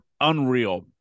unreal